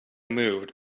moved